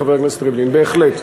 בהחלט, חבר הכנסת ריבלין, בהחלט.